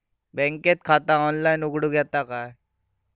बँकेत खाता ऑनलाइन उघडूक येता काय?